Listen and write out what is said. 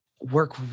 work